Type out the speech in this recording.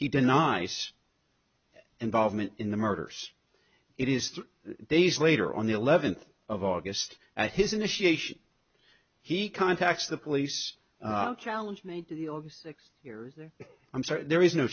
he denies involvement in the murders it is days later on the eleventh of august at his initiation he contacts the police challenge me six years there i'm sorry there